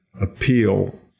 appeal